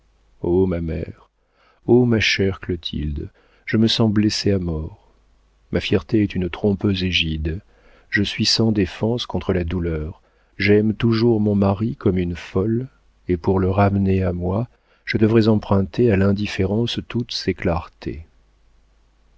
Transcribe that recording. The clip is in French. ma mère oh ma chère clotilde je me sens blessée à mort ma fierté est une trompeuse égide je suis sans défense contre la douleur j'aime toujours mon mari comme une folle et pour le ramener à moi je devrais emprunter à l'indifférence toutes ses clartés